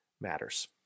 matters